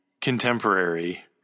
contemporary